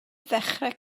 ddechrau